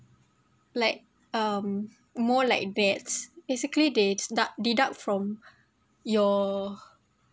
like um more like debts basically they duct~ deduct from your